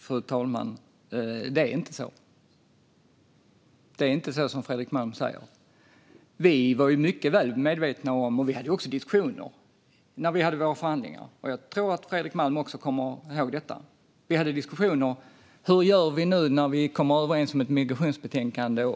Fru talman! Det är inte så som Fredrik Malm säger. När vi hade våra förhandlingar förde vi diskussioner - jag tror att även Fredrik Malm kommer ihåg detta - om hur vi skulle hantera remissynpunkterna efter att ha kommit överens om ett migrationsbetänkande.